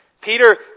Peter